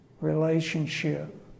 relationship